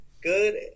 good